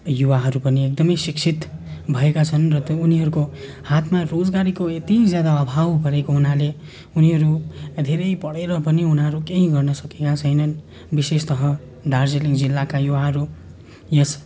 युवाहरू पनि एकदमै शिक्षित भएका छन् र त्यो उनीहरूको हातमा रोजगारीको यति ज्यादा अभाव परेको हुनाले उनीहरू धेरै पढेर पनि उनीहरू केही गर्नसकेका छैनन् विशेषतः दार्जिलिङ जिल्लाका युवाहरू यस